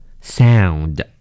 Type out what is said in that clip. sound